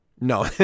No